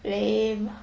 lame